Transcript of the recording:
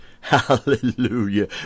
hallelujah